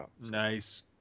Nice